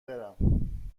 برم